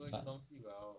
but